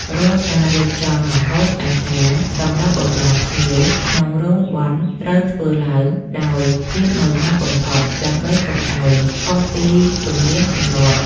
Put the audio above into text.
រាល់ការរៀបចំម្ហូបអាហារសម្រាប់បម្រើភ្ញៀវក្នុងរោងបុណ្យត្រូវធ្វើឡើងដោយភាពម៉ឺងម៉ាត់បំផុត ដើម្បីកុំឱ្យខុសពីទំនៀមទម្លាប់។